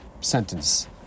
sentence